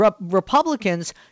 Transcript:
Republicans